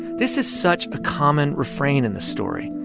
this is such a common refrain in this story.